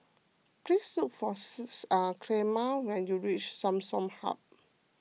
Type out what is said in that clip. please look for Clemma when you reach Samsung Hub